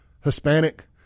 Hispanic